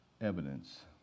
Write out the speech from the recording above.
evidence